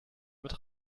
mit